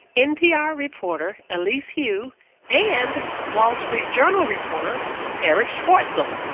npr reporter elise hu and wall street journal reporter erich schwartzel.